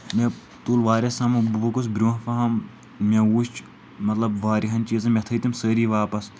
مےٚ تُل واریاہ سامان بہٕ پوٚکُس برٛونٛہہ پہم مےٚ وُچھ مطلب واریاہن چیٖزن مےٚ تھٲے تِم سٲری واپس